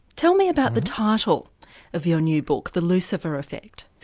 tell me about the title of your new book, the lucifer effect.